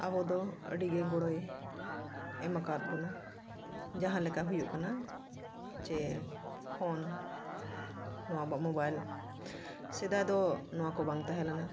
ᱟᱵᱚ ᱫᱚ ᱟᱹᱰᱤᱜᱮ ᱜᱚᱲᱚᱭ ᱮᱢ ᱠᱟᱣᱟᱫ ᱵᱚᱱᱟ ᱡᱟᱦᱟᱸ ᱞᱮᱠᱟ ᱦᱩᱭᱩᱜ ᱠᱟᱱᱟ ᱪᱮ ᱯᱷᱳᱱ ᱱᱚᱣᱟ ᱟᱵᱚᱣᱟᱜ ᱢᱳᱵᱟᱭᱤᱞ ᱥᱮᱫᱟᱭ ᱫᱚ ᱱᱚᱣᱟ ᱠᱚ ᱵᱟᱝ ᱛᱟᱦᱮᱸ ᱞᱮᱱᱟ